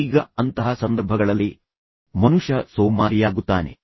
ಈಗ ಅಂತಹ ಸಂದರ್ಭಗಳಲ್ಲಿ ಮನುಷ್ಯ ಸೋಮಾರಿಯಾಗುತ್ತಾನೆ